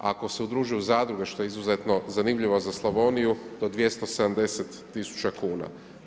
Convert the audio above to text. Ako se udruže u zadruge, što je izuzetno zanimljivo za Slavoniju, do 270000 kuna.